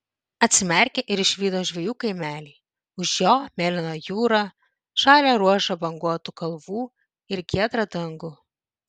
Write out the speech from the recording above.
atsimerkė ir išvydo žvejų kaimelį už jo mėlyną jūrą žalią ruožą banguotų kalvų ir giedrą dangų